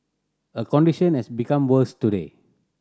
her condition has become worse today